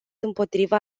împotriva